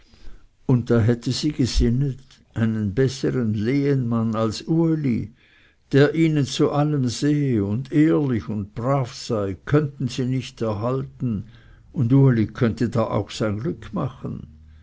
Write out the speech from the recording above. und da hätte sie gesinnet einen bessern lehenmann als uli der ihnen zu allem sehe und ehrlich und brav sei könnten sie nicht erhalten und uli könnte da auch sein glück machen